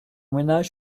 ménage